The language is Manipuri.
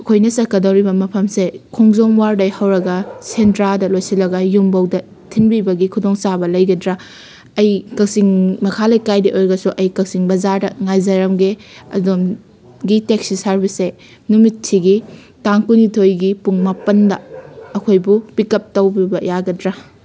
ꯑꯩꯈꯣꯏꯅ ꯆꯠꯀꯗꯣꯔꯤꯕ ꯃꯐꯝꯁꯦ ꯈꯣꯡꯖꯣꯝ ꯋꯥꯔꯗꯩ ꯍꯧꯔꯒ ꯁꯦꯟꯗ꯭ꯔꯥꯗ ꯂꯣꯏꯁꯤꯜꯂꯒ ꯌꯨꯝꯐꯧꯗ ꯊꯤꯟꯕꯤꯕꯒꯤ ꯈꯨꯗꯣꯡꯆꯥꯕ ꯂꯩꯒꯗ꯭ꯔꯥ ꯑꯩ ꯀꯛꯆꯤꯡ ꯃꯈꯥ ꯂꯩꯀꯥꯏꯗꯩ ꯑꯣꯏꯔꯒꯁꯨ ꯑꯩ ꯀꯛꯆꯤꯡ ꯕꯖꯥꯔꯗ ꯉꯥꯏꯖꯔꯝꯒꯦ ꯑꯗꯣꯝꯒꯤ ꯇꯦꯛꯁꯤ ꯁꯥꯔꯚꯤꯁꯁꯦ ꯅꯨꯃꯤꯠꯁꯤꯒꯤ ꯇꯥꯡ ꯀꯨꯟꯅꯤꯊꯣꯏꯒꯤ ꯄꯨꯡ ꯃꯥꯄꯟꯗ ꯑꯩꯈꯣꯏꯕꯨ ꯄꯤꯛꯀꯞ ꯇꯧꯕꯤꯕ ꯌꯥꯒꯗ꯭ꯔꯥ